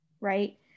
right